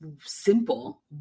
simple